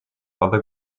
other